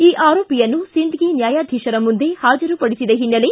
ಈ ಆರೋಪಿಯನ್ನು ಸಿಂದಗಿ ನ್ಯಾಯಾಧೀಶರ ಮುಂದೆ ಹಾಜರುಪಡಿಸಿದ ಹಿನ್ನೆಲೆ